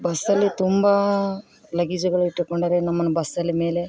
ಬಸ್ಸಲ್ಲಿ ತುಂಬ ಲಗೇಜ್ಗಳು ಇಟ್ಟುಕೊಂಡರೆ ನಮ್ಮನ್ನು ಬಸ್ಸಲ್ಲಿ ಮೇಲೆ